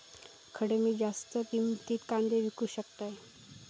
खडे मी जास्त किमतीत कांदे विकू शकतय?